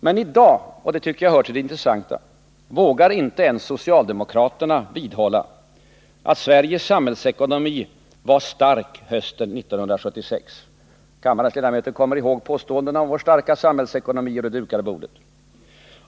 Men i dag — och det tycker jag hör till det intressanta — vågar inte ens socialdemokraterna vidhålla att Sveriges samhällsekonomi var stark hösten 1976. Kammar ens ledamöter kommer ihåg påståendena om vår starka samhällsekonomi och det dukade bordet.